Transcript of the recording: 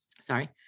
Sorry